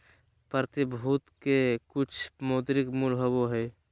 प्रतिभूति के कुछ मौद्रिक मूल्य होबो हइ